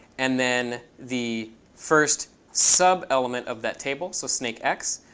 and then the first subelement of that table, so snakex